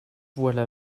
voilà